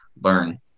learn